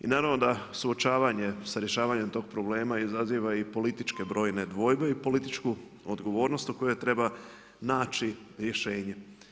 I naravno da suočavanje sa rješavanjem tog problema izaziva i političke brojne dvojbe i političku odgovornost o kojoj treba naći rješenje.